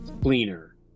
cleaner